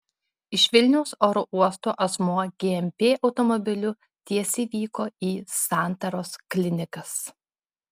iš vilniaus oro uosto asmuo gmp automobiliu tiesiai vyko į santaros klinikas